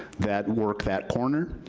that work that corner.